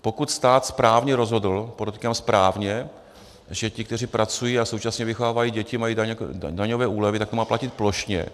Pokud stát správně rozhodl, podotýkám správně, že ti, kteří pracují a současně vychovávají děti, mají daňové úlevy, tak to má platit plošně.